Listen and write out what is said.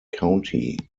county